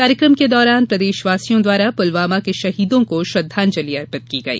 कार्यक्रम के दौरान प्रदेशवासियों द्वारा पुलवामा के शहीदों को श्रद्वांजलि अर्पित की गई